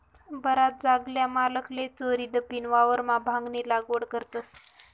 बराच जागल्या मालकले चोरीदपीन वावरमा भांगनी लागवड करतस